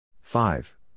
five